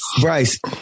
Bryce